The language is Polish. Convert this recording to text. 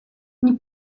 nie